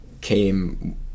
came